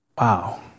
wow